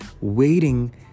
waiting